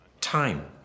time